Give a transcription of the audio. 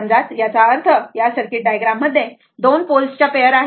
समजा याचा अर्थ या सर्किट डायग्राम मध्ये 2 पोल्स च्या पेयर आहेत